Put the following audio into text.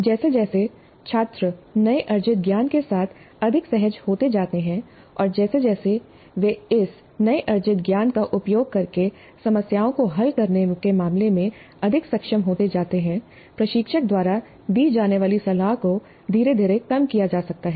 जैसे जैसे छात्र नए अर्जित ज्ञान के साथ अधिक सहज होते जाते हैं और जैसे जैसे वे इस नए अर्जित ज्ञान का उपयोग करके समस्याओं को हल करने के मामले में अधिक सक्षम होते जाते हैं प्रशिक्षक द्वारा दी जाने वाली सलाह को धीरे धीरे कम किया जा सकता है